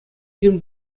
ҫын